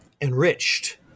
enriched